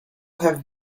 have